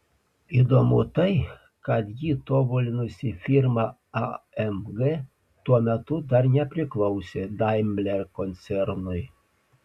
įdomu tai kad jį tobulinusi firma amg tuo metu dar nepriklausė daimler koncernui